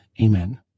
Amen